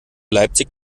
leipzig